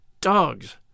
Dogs